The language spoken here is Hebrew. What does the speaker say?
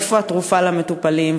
איפה התרופה למטופלים?